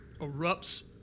erupts